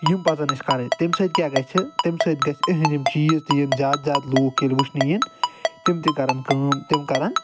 یِم پزن اسہِ کرٕنۍ تمہِ سۭتۍ کیٚاہ گژھِ تمہِ سۭتۍ گژھِ اہنٛدۍ یِم چیٖز تہِ یِنۍ زیادٕ زیادٕ لوٗکھ ییٚلہِ وٕچھنہِ یِن تِم تہِ کرن کٲم تِم کرن